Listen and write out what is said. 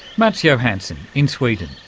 mats johansson in sweden.